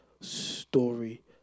story